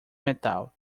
metal